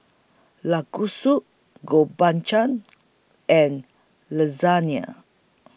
Gobchang and Lasagne